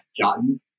gotten